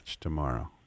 tomorrow